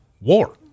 war